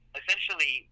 essentially